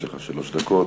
יש לך שלוש דקות.